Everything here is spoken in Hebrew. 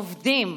עובדים,